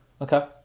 Okay